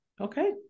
Okay